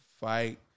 fight